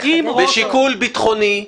בשיקול ביטחוני,